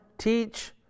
Teach